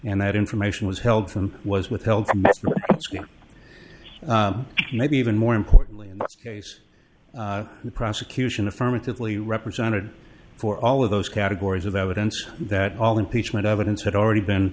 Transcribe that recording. and that information was held to them was withheld maybe even more importantly case the prosecution affirmatively represented for all of those categories of evidence that all impeachment evidence had already been